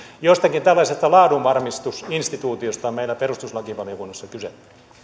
jostakin tällaisesta laadunvarmistusinstituutiosta on meillä perustuslakivaliokunnassa kyse